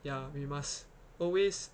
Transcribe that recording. ya we must always